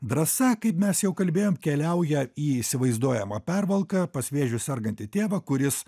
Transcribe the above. drąsa kaip mes jau kalbėjom keliauja į įsivaizduojamą pervalką pas vėžiu sergantį tėvą kuris